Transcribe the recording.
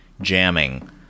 jamming